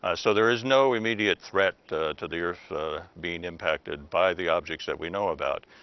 ah so there is no immediate threat to the earth being impacted by the objects that we know about.